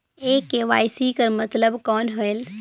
ये के.वाई.सी कर मतलब कौन होएल?